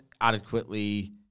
adequately